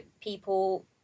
people